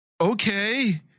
okay